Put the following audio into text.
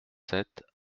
sept